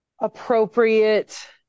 appropriate